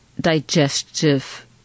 digestive